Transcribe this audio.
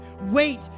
Wait